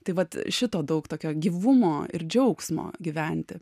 tai vat šito daug tokio gyvumo ir džiaugsmo gyventi